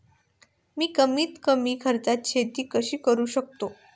मी कमीत कमी खर्चात शेती कशी करू शकतो?